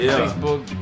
facebook